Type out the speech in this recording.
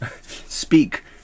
speak